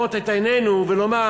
לסמא את עינינו ולומר: